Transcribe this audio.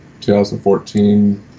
2014